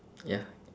ya